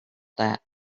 that